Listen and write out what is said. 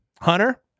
Hunter